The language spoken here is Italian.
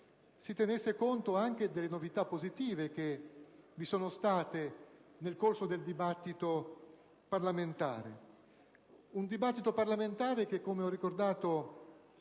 si tenesse conto anche delle novità positive che vi sono state nel corso del dibattito parlamentare; un dibattito che, come ho ricordato